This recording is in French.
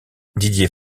didier